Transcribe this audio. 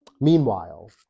Meanwhile